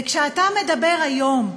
וכשאתה מדבר היום,